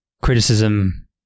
criticism